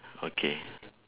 okay